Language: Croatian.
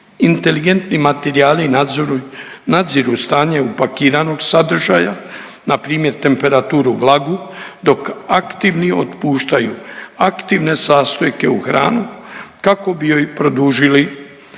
Inteligentni materijali nadziru stanje upakiranog sadržaja na primjer temperaturu, vlagu dok aktivni otpuštaju aktivne sastojke u hranu kako bi još produžili